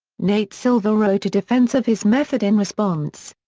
nate silver wrote a defense of his method in response.